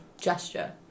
gesture